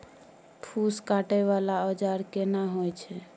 फूस काटय वाला औजार केना होय छै?